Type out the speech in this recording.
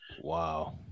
Wow